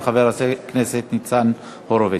של חבר הכנסת ניצן הורוביץ.